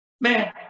Man